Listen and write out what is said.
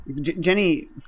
Jenny